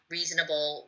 reasonable